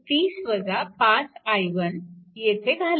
v1 30 5i1 येथे घाला